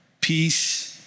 peace